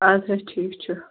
اَدٕ حظ ٹھیٖک چھُ